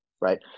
right